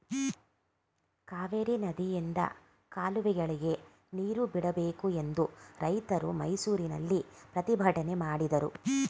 ಕಾವೇರಿ ನದಿಯಿಂದ ಕಾಲುವೆಗಳಿಗೆ ನೀರು ಬಿಡಬೇಕು ಎಂದು ರೈತರು ಮೈಸೂರಿನಲ್ಲಿ ಪ್ರತಿಭಟನೆ ಮಾಡಿದರು